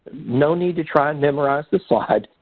no need to try and memorize the slide.